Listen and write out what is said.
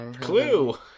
Clue